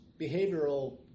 behavioral